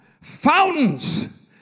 fountains